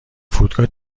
فرودگاه